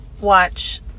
watch